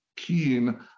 keen